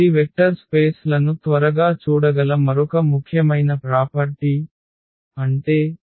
ఇది vector space లను త్వరగా చూడగల మరొక ముఖ్యమైన ప్రాపర్టీ అంటే ఈ F 0